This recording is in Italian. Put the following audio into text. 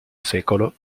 secolo